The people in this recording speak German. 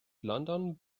london